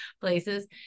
places